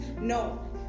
no